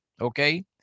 Okay